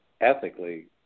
ethically